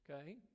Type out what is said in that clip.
okay